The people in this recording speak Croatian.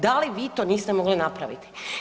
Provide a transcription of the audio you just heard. Da li vi to niste mogli napraviti?